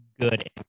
good